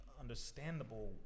understandable